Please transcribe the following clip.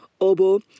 oboe